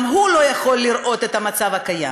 גם הוא לא יכול לראות את המצב הקיים,